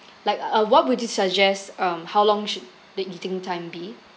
like uh what would you suggest um how long should the eating time be